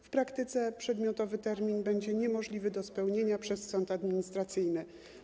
W praktyce przedmiotowy termin będzie niemożliwy do spełnienia przez Sąd Administracyjny.